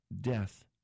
death